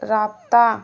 رابطہ